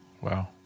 Wow